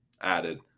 added